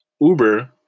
Uber